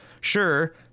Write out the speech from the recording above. Sure